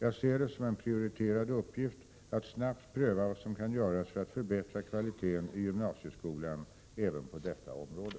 Jag ser det som en prioriterad uppgift att snabbt pröva vad som kan göras för att förbättra kvaliteten i gymnasieskolan även på detta område.